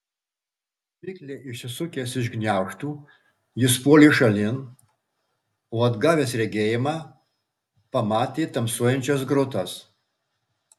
mikliai išsisukęs iš gniaužtų jis puolė šalin o atgavęs regėjimą pamatė tamsuojančias grotas